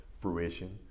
fruition